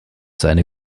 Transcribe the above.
seine